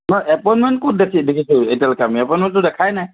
নহয় এপইণ্টমেণ্ট ক'ত দেখিম সেইটো এপইণ্টমেণ্টটোতো দেখাই নাই